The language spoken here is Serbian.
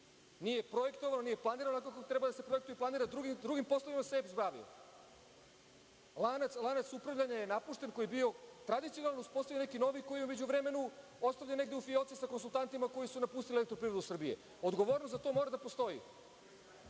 Nije projektovano, nije planirano onako kako treba da se projektuje i planira, drugim poslovima se EPS bavio. Lanac upravljanja je napušten koji je bio tradicionalan, uspostavljen je neki novi, koji je u međuvremenu ostavljen negde u fioci sa konsultantima koji su napustili „Elektroprivredu Srbije“. Odgovornost za to mora da postoji,